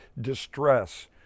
distress